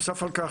בנוסף לכך,